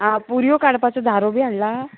आं पुरयो काडपाचो झारो बी हाडला